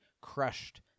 crushed